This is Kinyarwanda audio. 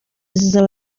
zizaba